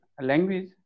language